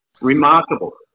Remarkable